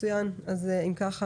אם כך,